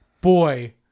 boy